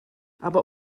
aber